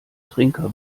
trinker